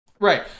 Right